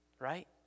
Right